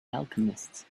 alchemists